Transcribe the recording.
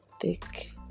thick